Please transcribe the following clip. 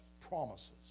promises